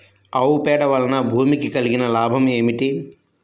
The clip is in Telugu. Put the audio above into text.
ఆవు పేడ వలన భూమికి కలిగిన లాభం ఏమిటి?